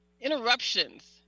interruptions